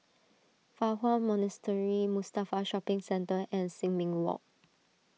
Fa Hua Monastery Mustafa Shopping Centre and Sin Ming Walk